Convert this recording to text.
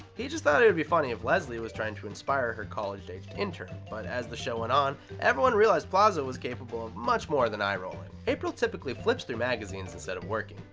he just thought it would be funny if leslie was trying to inspire her college aged intern, but as the show went on, everyone realized plaza was capable of much more than eye rolling. april typically flips through magazines instead of working.